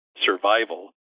survival